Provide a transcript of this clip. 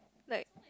like